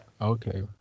Okay